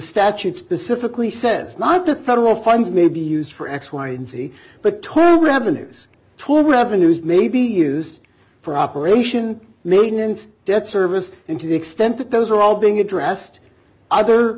statute specifically says not the federal funds may be used for x y and z but total revenues total revenues may be used for operation maintenance debt service and to the extent that those are all being addressed other